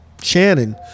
Shannon